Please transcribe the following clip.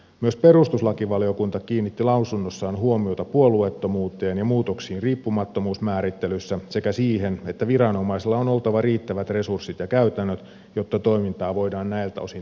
myös perustuslakivaliokunta kiinnitti lausunnossaan huomiota puolueettomuuteen ja muutoksiin riippumattomuusmäärittelyssä sekä siihen että viranomaisilla on oltava riittävät resurssit ja käytännöt jotta toimintaa voidaan näiltä osin tehokkaasti valvoa